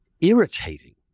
irritating